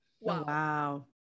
Wow